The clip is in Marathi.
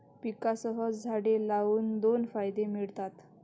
पिकांसह झाडे लावून दोन फायदे मिळतात